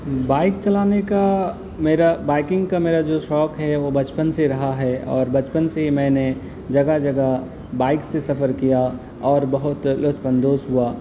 bike چلانے کا میرا بائکنگ کا میرا جو شوق ہے وہ بچپن سے رہا ہے اور بچپن سے میں نے جگہ جگہ بائک سے سفر کیا اور بہت لطف اندوز ہوا